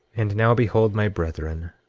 and now behold, my brethren,